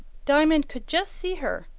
diamond could just see her,